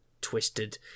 twisted